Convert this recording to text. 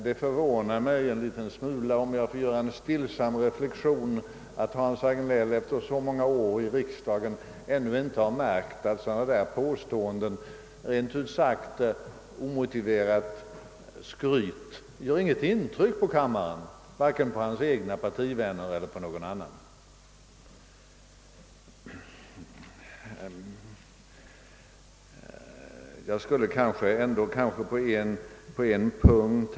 Det förvånar mig en smula, om jag får göra en stillsam reflexion, att Hans Hagnell efter så många år i riksdagen ännu inte har märkt att sådana påståenden — rent ut sagt omotiverat skryt — inte gör något intryck, vare sig på hans egna partivänner eller på någon annan. Jag skulle kanske dock vilja bemöta honom på en punkt.